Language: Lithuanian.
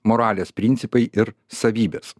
moralės principai ir savybės